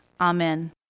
Amen